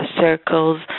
circles